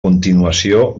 continuació